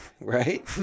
right